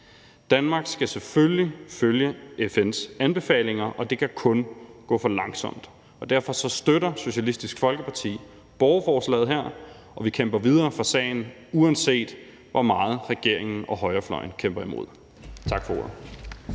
Danmark skal selvfølgelig følge FN's anbefalinger, og det kan kun gå for langsomt. Derfor støtter Socialistisk Folkeparti borgerforslaget her, og vi kæmper videre for sagen, uanset hvor meget regeringen og højrefløjen kæmper imod. Tak for ordet.